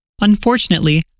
Unfortunately